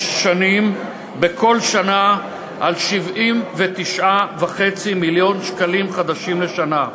שנים יעמוד בכל שנה על 79.5 מיליון שקלים חדשים לשנה.